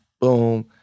boom